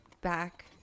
back